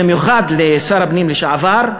במיוחד לשר הפנים לשעבר,